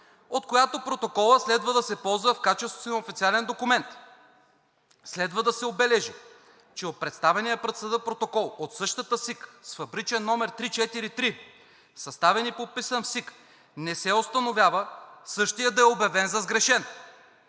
от която протоколът следва да се ползва в качеството си на официален документ. Следва да се отбележи, че от представения пред съда протокол от същата СИК с фабричен № 343, съставен и подписан в СИК, не се установява същият да е обявен за сгрешен